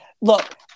Look